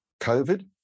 COVID